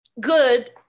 good